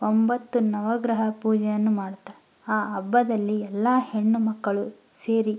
ಒಂಬತ್ತು ನವಗ್ರಹ ಪೂಜೆಯನ್ನು ಮಾಡುತ್ತಾ ಆ ಹಬ್ಬದಲ್ಲಿ ಎಲ್ಲ ಹೆಣ್ಣುಮಕ್ಕಳು ಸೇರಿ